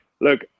Look